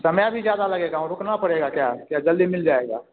समय भी ज्यादा लगेगा ओ रुकना पड़ेगा क्या या जल्दी मिल जाएगा